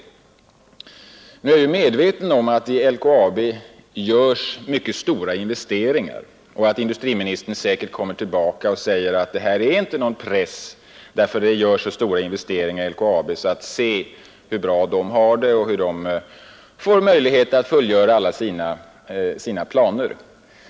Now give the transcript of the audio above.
Jag är medveten om att det i LKAB görs mycket stora investeringar och att industriministern säkerligen kommer tillbaka och säger att koncernbidragen inte innebär någon press eftersom företaget ändå kan fullfölja alla sina planer.